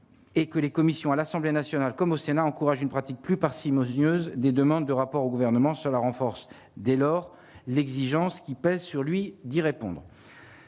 et que les commissions à l'Assemblée nationale comme au Sénat, encourager une pratique plus parcimonieuse des demandes de rapport au gouvernement, cela renforce dès lors l'exigence qui pèsent sur lui d'y répondre,